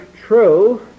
true